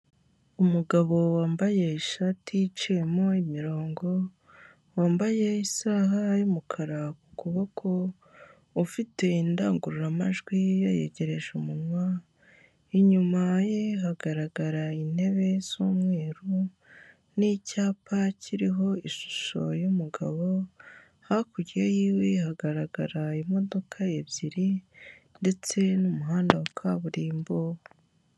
Umugabo wambaye ishati iciyemo imirongo, wambaye isaha y'umukara ku kuboko, ufite indangururamajwi yayegereje umunwa, inyuma ye hagaragara intebe z'umweru n'icyapa kiriho ishusho y'umugabo, hakurya yiwe hagaragara imodoka ebyiri ndetse n'umuhanda wa kaburimbo.